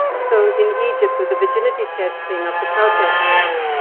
so in egypt, with the virginity testing of the protesters,